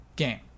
game